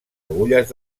agulles